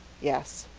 yes.